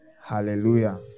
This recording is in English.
Hallelujah